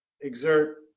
exert